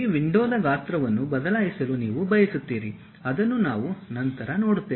ಈ ವಿಂಡೋದ ಗಾತ್ರವನ್ನು ಬದಲಾಯಿಸಲು ನೀವು ಬಯಸುತ್ತೀರಿ ಅದನ್ನು ನಾವು ನಂತರ ನೋಡುತ್ತೇವೆ